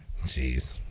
jeez